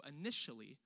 initially